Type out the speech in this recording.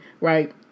right